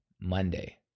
Monday